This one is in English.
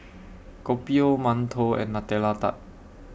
Kopi O mantou and Nutella Tart